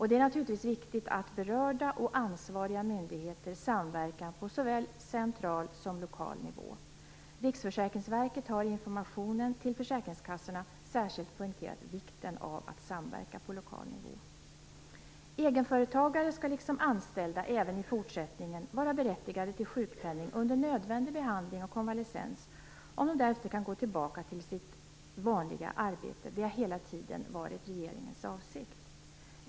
Det är naturligtvis viktigt att berörda och ansvariga myndigheter samverkar på såväl central som lokal nivå. Riksförsäkringsverket har i informationen till försäkringskassorna särskilt poängterat vikten av att samverka på lokal nivå. Egenföretagare skall liksom anställda även i fortsättningen vara berättigade till sjukpenning under nödvändig behandling och konvalescens om de därefter kan gå tillbaka till sitt vanliga arbete. Detta har hela tiden varit regeringens avsikt.